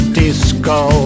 disco